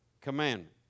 commandment